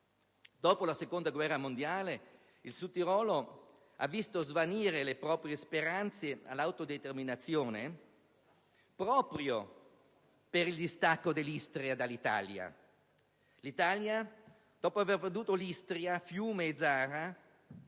Dopo la Seconda guerra mondiale, il Sudtirolo ha visto svanire le proprie speranze di autodeterminazione proprio per il distacco dell'Istria dall'Italia: l'Italia, dopo aver perduto l'Istria, Fiume e Zara